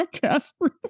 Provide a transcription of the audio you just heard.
Casper